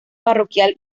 parroquial